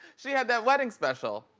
she had that wedding special.